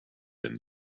and